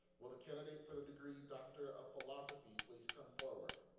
will the candidate for the degree doctor of philosophy please come forward.